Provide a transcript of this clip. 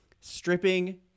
stripping